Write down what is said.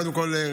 קודם כול,